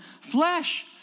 flesh